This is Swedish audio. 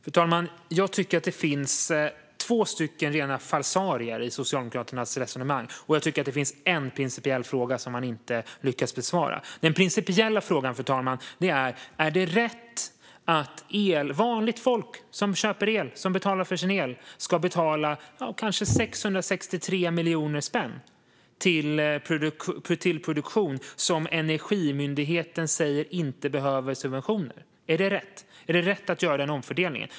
Fru talman! Jag tycker att det finns två rena falsarier i Socialdemokraternas resonemang, och jag tycker att det finns en principiell fråga som man inte lyckas besvara. Den principiella frågan, fru talman, är om det är rätt att vanligt folk som betalar för sin el ska betala kanske 663 miljoner spänn för produktion som Energimyndigheten säger inte behöver subventioner. Är det rätt att göra den omfördelningen?